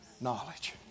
knowledge